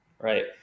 right